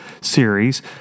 series